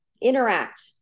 interact